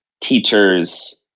teachers